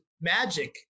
magic